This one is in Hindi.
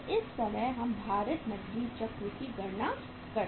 तो इस तरह हम भारित नकदी चक्र की गणना कर सकते हैं